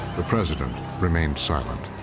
the president remained silent.